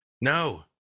no